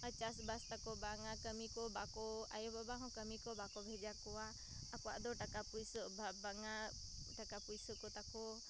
ᱪᱟᱥᱵᱟᱥᱛᱟᱠᱚ ᱵᱟᱝᱟ ᱠᱟᱹᱢᱤᱠᱚ ᱵᱟᱠᱚ ᱟᱭᱳᱼᱵᱟᱵᱟᱦᱚᱸ ᱠᱟᱹᱢᱤᱠᱚ ᱵᱟᱠᱚ ᱵᱷᱮᱡᱟ ᱠᱚᱣᱟ ᱟᱠᱚᱣᱟᱫᱚ ᱴᱟᱠᱟᱼᱯᱩᱭᱥᱟᱹ ᱚᱵᱷᱟᱵᱽ ᱵᱟᱝᱟ ᱴᱟᱠᱟᱼᱯᱩᱭᱥᱟᱹᱠᱚᱛᱟᱠᱚ